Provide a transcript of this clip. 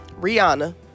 Rihanna